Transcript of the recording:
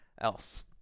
else